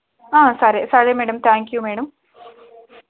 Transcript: సరే సరే madam thank you madam